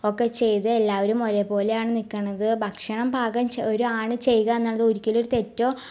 ഒക്കെ ചെയ്ത് എല്ലാവരും ഒരേപോലെയാണ് നിൽക്കണത് ഭക്ഷണം പാകം ഒരാണ് ചെയ്യുകന്നുള്ളത് ഒരിക്കലും ഒരു തെറ്റോ